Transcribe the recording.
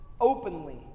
openly